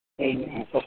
Amen